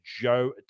Joe